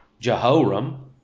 Jehoram